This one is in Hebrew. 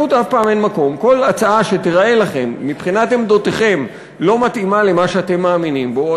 כל הצעה שתיראה לכם מבחינת עמדותיכם לא מתאימה למה שאתם מאמינים בו,